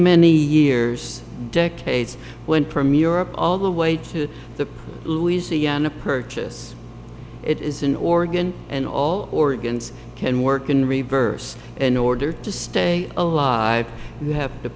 many years decades went from europe all the way to the louisiana purchase it is an organ and all organs can work in reverse in order to stay alive you have to